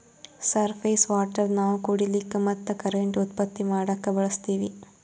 surface water ನಾವ್ ಕುಡಿಲಿಕ್ಕ ಮತ್ತ್ ಕರೆಂಟ್ ಉತ್ಪತ್ತಿ ಮಾಡಕ್ಕಾ ಬಳಸ್ತೀವಿ